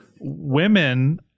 women